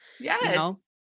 Yes